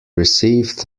received